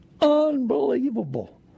unbelievable